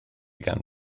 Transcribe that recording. gan